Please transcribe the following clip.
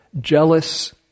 jealous